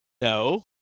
No